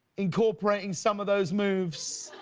incorporating some of those moves?